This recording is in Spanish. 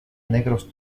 negros